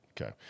Okay